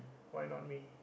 why not me